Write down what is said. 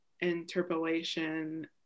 interpolation